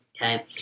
okay